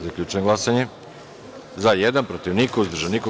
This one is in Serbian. Zaključujem glasanje: za – jedan, protiv – niko, uzdržanih – nema.